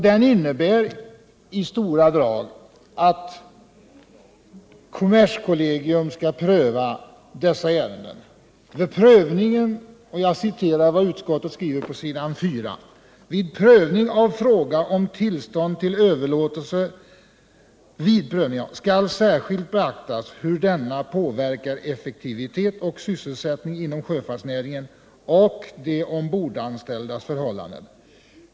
Den innebär i stora drag att kommerskolleirenden. Utskowutet skriver på s. 4: ”Vid prövning av gium skall pröva dess; fråga om tillstånd till överlåtelse skall särskilt beaktas hur denna påverkar effektivitet och sysselsättning inom sjöfartsnäringen och de ombordanställdas förhållanden.